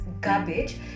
garbage